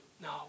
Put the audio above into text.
No